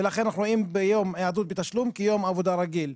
ולכן אנחנו רואים ביום היעדרות בתשלום כיום עבודה רגיל.